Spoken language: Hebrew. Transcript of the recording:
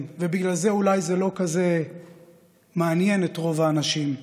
ובגלל זה אולי זה לא כזה מעניין את רוב האנשים.